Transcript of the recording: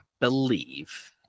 believe